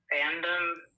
fandom